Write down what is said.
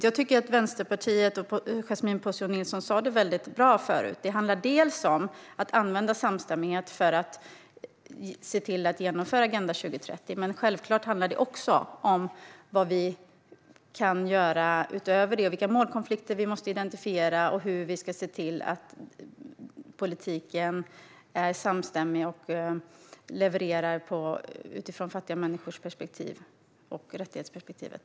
Jag tycker att Yasmine Posio Nilsson från Vänsterpartiet sa det bra tidigare, nämligen att det dels handlar om att använda samstämmighet för att se till att genomföra Agenda 2030, dels handlar om vad vi kan göra utöver genomförandet i fråga om att identifiera målkonflikter och se till att politiken är samstämmig och levererar utifrån fattiga människors perspektiv och rättighetsperspektivet.